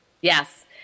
Yes